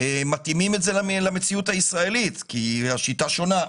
מתאימים את זה למציאות הישראלית כי השיטה שונה.